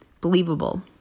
believable